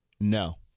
No